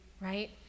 right